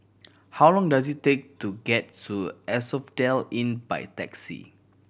how long does it take to get to Asphodel Inn by taxi